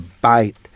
bite